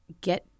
get